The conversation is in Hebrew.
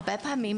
הרבה פעמים,